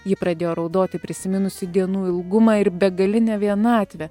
ji pradėjo raudoti prisiminusi dienų ilgumą ir begalinę vienatvę